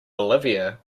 bolivia